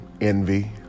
envy